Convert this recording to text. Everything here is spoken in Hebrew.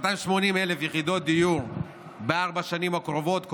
280,000 יחידות דיור בארבע השנים הקרובות,